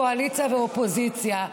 קואליציה ואופוזיציה,